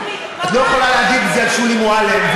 את לא יכולה להגיד את זה על שולי מועלם,